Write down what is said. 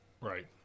Right